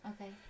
okay